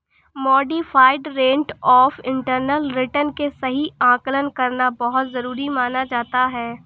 modified rate of internal return के सही आकलन करना बहुत जरुरी माना जाता है